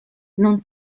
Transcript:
non